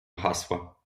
hasła